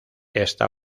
esta